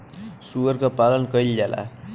सूअर क पालन कइल जाला